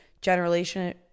generation